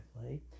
play